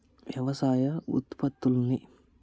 వ్యవసాయ ఉత్పత్తుల్ని